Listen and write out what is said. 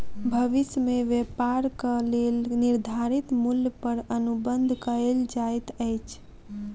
भविष्य में व्यापारक लेल निर्धारित मूल्य पर अनुबंध कएल जाइत अछि